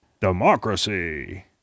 Democracy